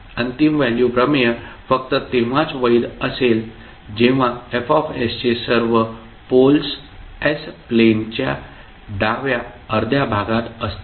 अंतिम व्हॅल्यू प्रमेय फक्त तेव्हाच वैध असेल जेव्हा F चे सर्व पोलस् s प्लेनच्या डाव्या अर्ध्या भागात असतील